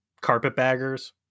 carpetbaggers